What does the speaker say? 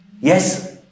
Yes